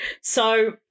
So-